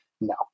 No